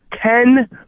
ten